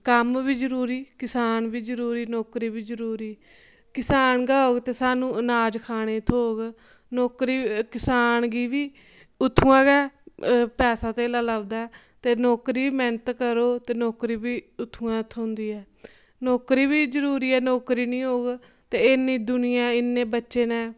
कम्म बी जरूरी किसान बी जरूरी नौकरी बी जरूरी किसान गै होग ते स्हानू अनाज खाने गी थ्होग नौकरी बी किसान गी बी उत्थुआं गै पैसा धेला लभदा ते नौकरी मेहनत करो ते नौकरी बी उत्थूं थ्होंदी ऐ नौकरी बी जरूरी ऐ नौकरी नी होग ते इन्नी दुनिया इन्ने बच्चे न